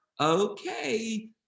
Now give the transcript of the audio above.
Okay